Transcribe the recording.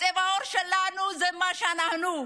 צבע העור שלנו זה מה שאנחנו.